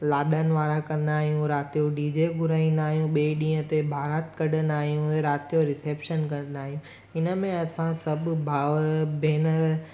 लाॾनि वारा कंदा आहियूं राति जो डी जे घुराईंदा आहियूं ॿिए ॾींहं ते बारात कढंदा आहियूं ऐं राति जो रिसेप्शन कढंदा आहियूं हिन में असां सभु भाउर भेनर